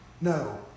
No